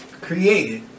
created